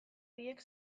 biek